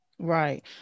Right